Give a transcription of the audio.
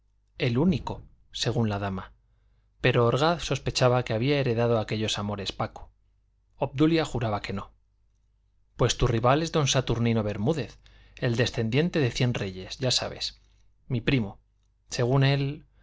el único según la dama pero orgaz sospechaba que había heredado aquellos amores paco obdulia juraba que no pues tu rival es don saturnino bermúdez el descendiente de cien reyes ya sabes mi primo según él